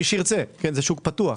מי שירצה = זה שוק פתוח